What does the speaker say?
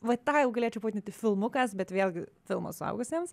va tą jau galėčiau pavadinti filmukas bet vėlgi filmas suaugusiems